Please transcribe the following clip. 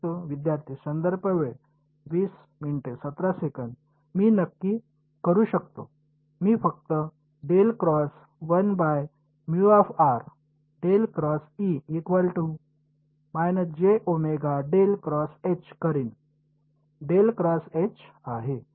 विद्यार्थीः मी नक्की करू शकतो मी फक्त करीन आहे